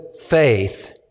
faith